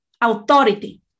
authority